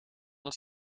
het